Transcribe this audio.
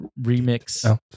remix